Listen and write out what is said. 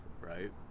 right